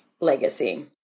legacy